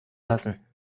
lassen